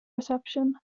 reception